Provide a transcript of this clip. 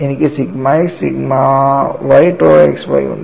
എനിക്ക് sigma x sigma y tau xy ഉണ്ട്